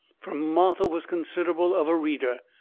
fur martha was considerable of a reader.